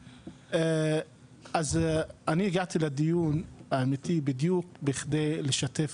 אני הגעתי לדיון האמיתי בדיוק בכדי לשתף